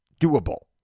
doable